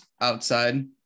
outside